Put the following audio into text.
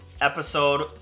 episode